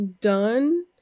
done